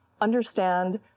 understand